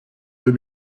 deux